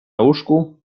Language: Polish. łóżku